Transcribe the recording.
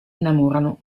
innamorano